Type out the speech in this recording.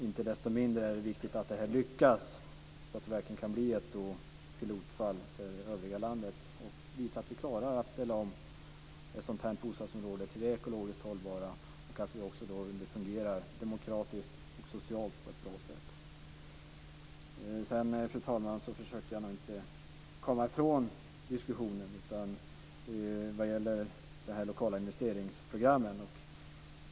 Inte desto mindre är det viktigt att det lyckas, att det verkligen kan bli ett pilotfall för övriga landet och visa att vi klarar att ställa om ett sådant här bostadsområde till ekologisk hållbarhet och också får det att fungera demokratiskt och socialt på ett bra sätt. Sedan, fru talman, försökte jag inte komma ifrån diskussionen vad gäller de lokala investeringsprogrammen.